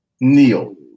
Neil